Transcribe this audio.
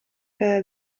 cada